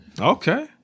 Okay